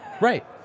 Right